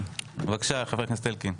בבקשה, חבר הכנסת אלקין.